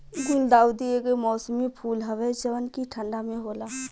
गुलदाउदी एगो मौसमी फूल हवे जवन की ठंडा में होला